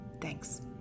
Thanks